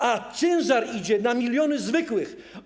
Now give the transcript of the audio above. A ciężar idzie na miliony zwykłych.